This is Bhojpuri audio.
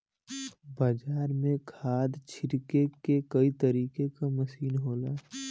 बाजार में खाद छिरके के कई तरे क मसीन होला